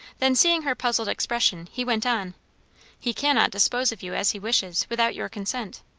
then, seeing her puzzled expression, he went on he cannot dispose of you as he wishes, without your consent.